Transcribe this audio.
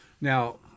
Now